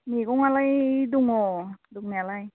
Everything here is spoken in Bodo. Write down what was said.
मैगंआलाय दङ दंनायालाय